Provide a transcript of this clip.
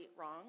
wrong